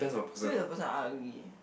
this is the first time I agree